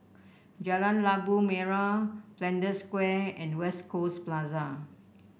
Jalan Labu Merah Flanders Square and West Coast Plaza